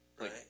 right